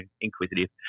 inquisitive